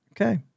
Okay